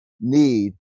need